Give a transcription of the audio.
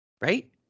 Right